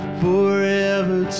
forever